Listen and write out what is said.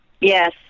Yes